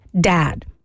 dad